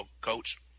Coach